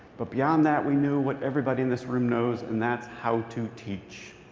but beyond that, we knew what everybody in this room knows, and that's how to teach.